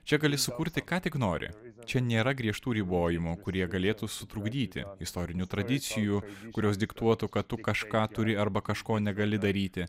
čia gali sukurti ką tik nori čia nėra griežtų ribojimų kurie galėtų sutrukdyti istorinių tradicijų kurios diktuotų kad tu kažką turi arba kažko negali daryti